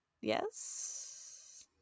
Yes